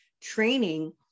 training